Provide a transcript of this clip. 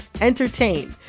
entertain